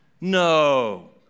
No